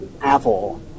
Apple